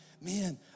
man